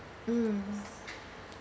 mm